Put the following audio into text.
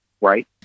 right